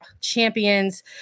champions